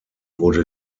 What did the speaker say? wurde